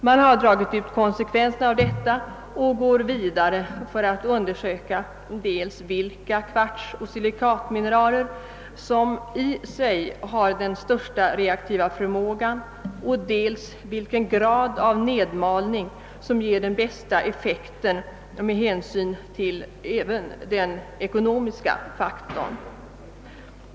Man har dragit ut konsekvenserna av detta förhållande och börjat :undersöka dels vilka kvartsoch silikatmineraler som i sig har den största reaktiva förmågan, dels vilken grad av nedmalning som ger den bästa effekten, även med hänsyn: till den ekonomiska faktorn.